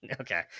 Okay